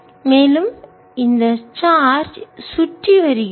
மேலும் இந்த சார்ஜ் சுற்றி வருகிறது